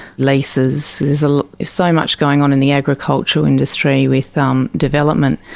leases. there's ah so much going on in the agricultural industry with um development.